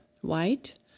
white